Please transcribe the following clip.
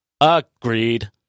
Agreed